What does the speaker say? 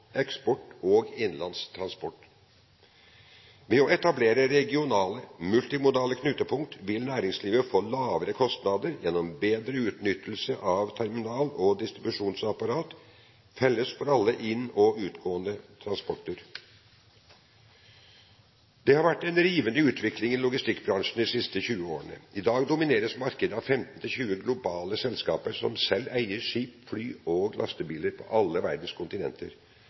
eksport og innenlands transport. Ved å etablere regionale, multimodale knutepunkt vil næringslivet få lavere kostnader gjennom en bedre utnyttelse av terminal- og distribusjonsapparat, felles for alle inn- og utgående transportformer. Det har vært en rivende utvikling i logistikkbransjen de siste 20 årene. I dag domineres markedet av 15–20 globale selskaper som selv eier skip, fly og lastebiler på alle verdens kontinenter.